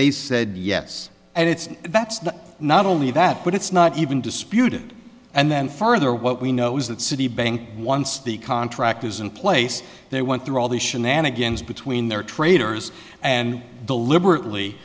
they said yes and it's that's not only that but it's not even disputed and then further what we know is that citibank once the contract is in place they went through all the shenanigans between their traders and deliberately